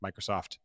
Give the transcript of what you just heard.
Microsoft